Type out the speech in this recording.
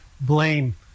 blame